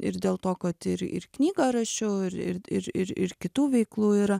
ir dėl to kad ir ir knygą rašiau ir ir ir ir ir kitų veiklų yra